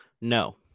No